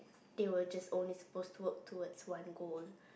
they were just only supposed to work towards one goal